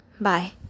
Bye